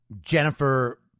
Jennifer